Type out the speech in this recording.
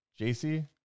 JC